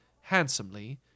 handsomely